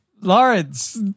Lawrence